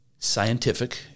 Scientific